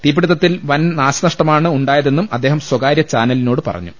തീപിടുത്തത്തിൽ വൻ നാശ നഷ്ടമാണ് ഉണ്ടായതെന്നും അദ്ദേഹം സ്വകാര്യ ചാനലിനോട് പറഞ്ഞു